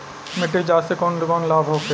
मिट्टी जाँच से कौन कौनलाभ होखे?